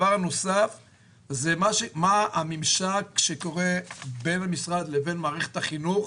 מה הממשק שקורה בין המשרד לבין מערכת החינוך